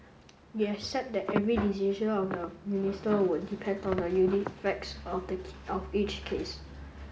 we accept that every decision of the minister would depend on the unique facts of of each case